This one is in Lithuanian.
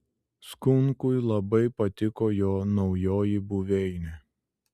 skunkui labai patiko jo naujoji buveinė